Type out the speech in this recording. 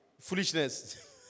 foolishness